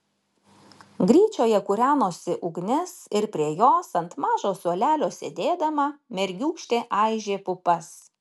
gryčioje kūrenosi ugnis ir prie jos ant mažo suolelio sėdėdama mergiūkštė aižė pupas